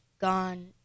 gone